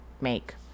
make